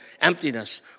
emptiness